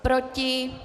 Proti?